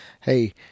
Hey